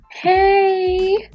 Hey